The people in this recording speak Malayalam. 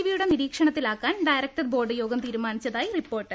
വി യുടെ നിരീ ക്ഷണത്തിലാക്കാൻ ഡയറക്ടർ ബോർഡ് യോഗം തീരുമാനിച്ച തായി റിപ്പോർട്ട്